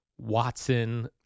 Watson